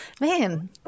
Man